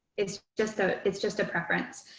it's just a, it's just a preference,